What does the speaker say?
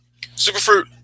Superfruit